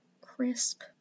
crisp